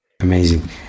amazing